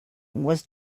was